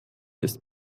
ist